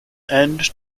end